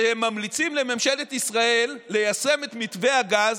והם ממליצים לממשלת ישראל ליישם את מתווה הגז